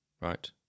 right